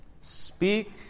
Speak